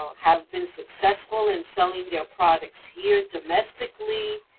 have been successful in selling their products here, domestically.